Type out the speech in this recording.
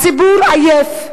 הציבור עייף,